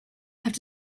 have